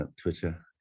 Twitter